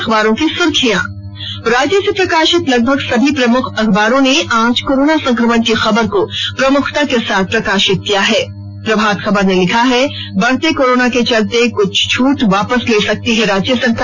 अखबारों की सुर्खियां राज्य से प्रकाशित लगभग सभी प्रमुख अखबारों ने आज कोरोना संकमण की खबर को प्रमुखता के साथ प्रकाशित किया हैं प्रभात खबर ने लिखा है बढ़ते कोरोना के चलते कुछ छूट वापस ले सकती है राज्य सरकार